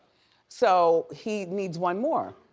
so he needs one more.